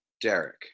Derek